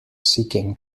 seeking